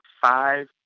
five